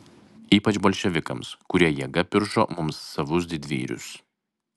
ypač bolševikams kurie jėga piršo mums savus didvyrius